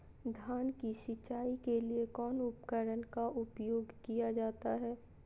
धान की सिंचाई के लिए कौन उपकरण का उपयोग किया जाता है?